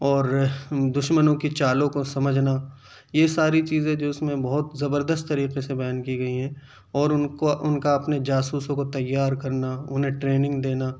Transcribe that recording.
اور دشمنوں کی چالوں کو سمجھنا یہ ساری چیزیں جو ہے اس میں بہت زبردست طریقے سے بیان کی گئی ہیں اور ان کو ان کا اپنے جاسوسوں کو تیار کرنا انہیں ٹریننگ دینا